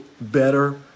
better